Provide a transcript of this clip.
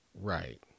Right